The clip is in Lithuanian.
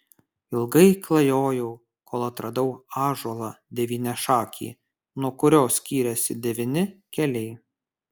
ilgai klajojau kol atradau ąžuolą devyniašakį nuo kurio skyrėsi devyni keliai